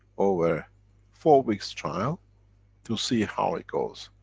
over four weeks trial to see how it goes.